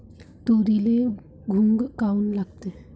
तुरीले घुंग काऊन लागते?